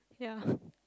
ya